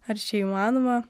ar čia įmanoma